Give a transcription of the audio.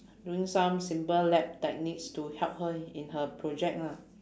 doing some simple lab techniques to help her in her project lah